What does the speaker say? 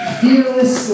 fearless